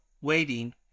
waiting